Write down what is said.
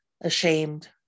ashamed